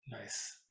Nice